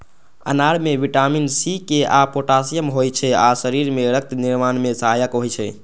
अनार मे vitamin C, K आ पोटेशियम होइ छै आ शरीर मे रक्त निर्माण मे सहायक होइ छै